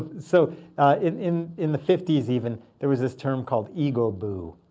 so in in the fifty s even, there was this term called egoboo.